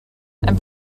and